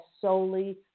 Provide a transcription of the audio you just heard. solely